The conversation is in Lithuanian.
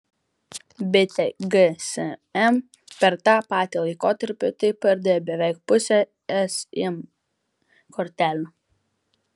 bitė gsm per tą patį laikotarpį taip pardavė beveik pusę sim kortelių